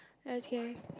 okay